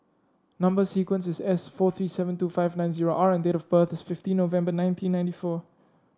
number sequence is S four three seven two five nine zero R and date of birth is fifteen November nineteen ninety four